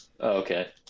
okay